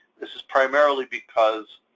this is primarily because